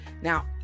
Now